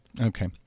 Okay